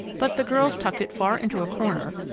but the girls tucked it far into a corner,